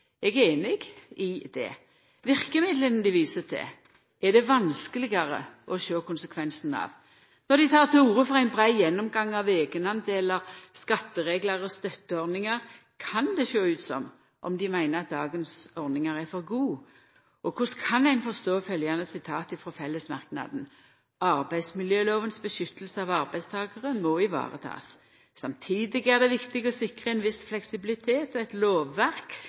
Eg er einig i det. Verkemidla dei viser til, er det vanskelegare å sjå konsekvensen av. Når dei tek til orde for ein brei gjennomgang av eigendelar, skattereglar og støtteordningar, kan det sjå ut som om dei meiner at dagens ordningar er for gode. Korleis kan ein forstå følgjande sitat frå fellesmerknadene: «Arbeidsmiljølovens beskyttelse av arbeidstakerne må ivaretas. Samtidig er det viktig å sikre en viss fleksibilitet og et lovverk